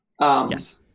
Yes